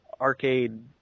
arcade